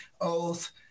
oath